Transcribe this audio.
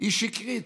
היא שקרית.